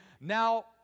now